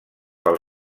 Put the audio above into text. pel